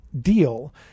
deal